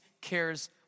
cares